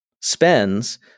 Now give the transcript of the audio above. spends